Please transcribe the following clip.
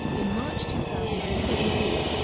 in march two thousand and seventeen,